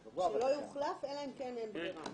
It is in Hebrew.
שלא יוחלף אלא אם כן אין ברירה.